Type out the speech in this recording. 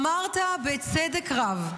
אמרת, בצדק רב,